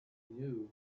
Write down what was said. knew